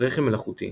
רחם מלאכותי